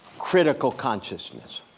critical consciousness.